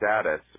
status